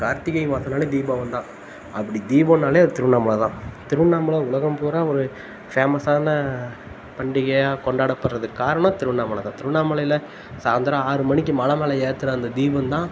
கார்த்திகை மாதம்னாலே தீபம் தான் அப்படி தீபம்னாலே அது திருவண்ணாமலைதான் திருவண்ணாமலை உலகம் பூரா ஒரு ஃபேமஸ்ஸான பண்டிகையாக கொண்டாடப்படுறதுக்கு காரணம் திருவண்ணாமலைதான் திருவண்ணாமலையில் சாயந்தரம் ஆறு மணிக்கு மலை மேலே ஏத்துகிற அந்த தீபம் தான்